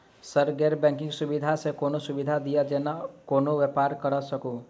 Sir गैर banking सुविधा सँ कोनों सुविधा दिए जेना कोनो व्यापार करऽ सकु?